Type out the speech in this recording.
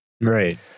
Right